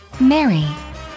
Mary